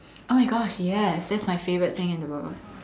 oh my gosh yes that is my favourite thing in the world